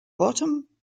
bottom